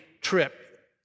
trip